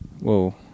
whoa